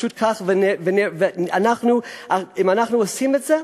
פשוט כך, ואם אנחנו עושים את זה,